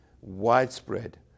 widespread